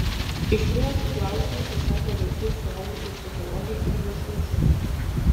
į šiuos klausimus atsakė vaikų ir suaugusiųjų psichologė inga šulcienė